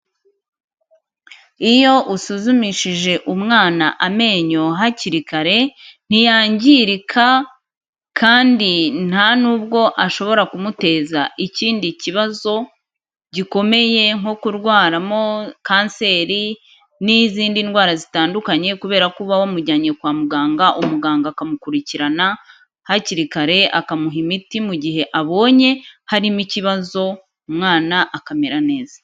Iyo usuzumishije umwana amenyo hakiri kare, ntiyangirika kandi ntanubwo ashobora kumuteza ikindi kibazo gikomeye nko kurwaramo kanseri n'izindi ndwara zitandukanye kubera ko uba wamujyanye kwa muganga, umuganga akamukurikirana hakiri kare, akamuha imiti mu gihe abonye harimo ikibazo, umwana akamera neza.